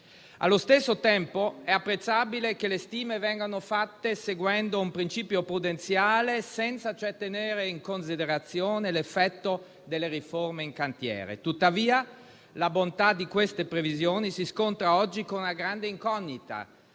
Allo stesso tempo è apprezzabile che le stime vengano fatte seguendo un principio prudenziale, senza, cioè, tenere in considerazione l'effetto delle riforme in cantiere. Pur tuttavia, la bontà di tali previsioni si scontra oggi con una grande incognita,